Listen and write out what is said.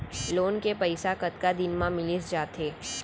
Loan के पइसा कतका दिन मा मिलिस जाथे?